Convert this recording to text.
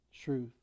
truth